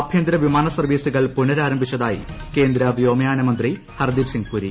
ആഭ്യന്തര വിമാന സർവ്വീസുകൾ പുനരാരംഭിച്ചതായി കേന്ദ്ര വ്യോമയാന മന്ത്രി ഹർദ്ദീപ്പ് സിംഗ് പുരി